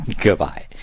Goodbye